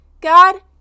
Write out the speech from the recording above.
God